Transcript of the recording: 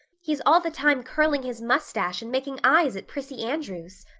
he's all the time curling his mustache and making eyes at prissy andrews.